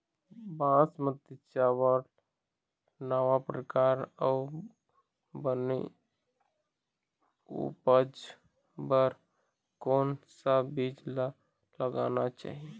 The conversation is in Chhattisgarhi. बासमती चावल नावा परकार अऊ बने उपज बर कोन सा बीज ला लगाना चाही?